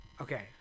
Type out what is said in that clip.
Okay